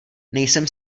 nejsem